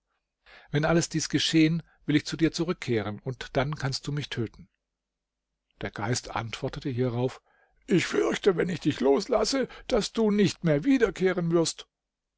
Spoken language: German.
wenn alles dies geschehen will ich zu dir zurückkehren und dann kannst du mich töten der geist antwortete hierauf ich fürchte wenn ich dich loslasse daß du nicht mehr wiederkehren wirst